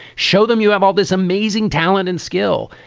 show them you have all this amazing talent and skill.